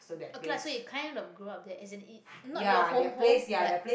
okay lah so you kind of grow up there as in y~ not your home home but